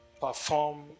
perform